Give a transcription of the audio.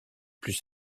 plus